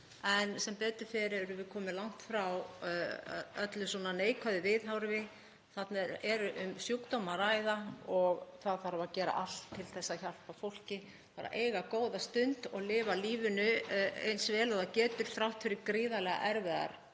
en sem betur fer erum við komin langt frá öllu svona neikvæðu viðhorfi. Þarna er um sjúkdóm að ræða og það þarf að gera allt til að hjálpa fólki til að eiga góða stund og lifa lífinu eins vel og það getur þrátt fyrir gríðarlega erfiða